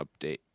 update